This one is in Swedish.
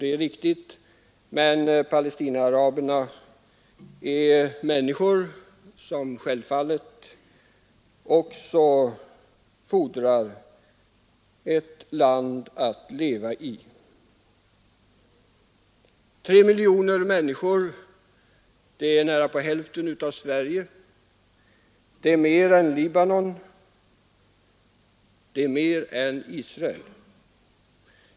Det är riktigt, men Palestinaaraberna är människor, som självfallet också fordrar ett land att leva i. Tre miljoner människor — det är nära hälften av Sveriges befolkning, det är mer än Libanons befolkning, det är mer än Israels befolkning.